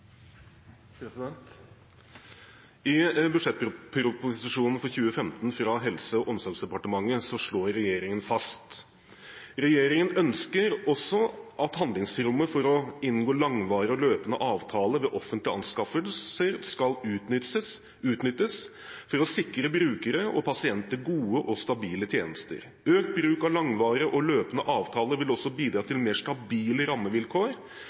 I budsjettproposisjonen for 2015 fra Helse- og omsorgsdepartementet slår regjeringen fast: «Regjeringen ønsker også at handlingsrommet for å inngå langvarige og løpende avtaler ved offentlige anskaffelser skal utnyttes for å sikre brukere og pasienter gode og stabile tjenester. Økt bruk av langvarige og løpende avtaler vil også bidra til mer stabile rammevilkår